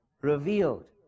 Revealed